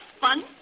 fun